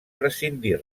prescindir